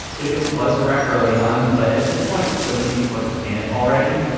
it was a wreck early on. but at this point, so many people are just in it already,